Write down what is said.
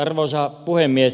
arvoisa puhemies